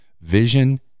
vision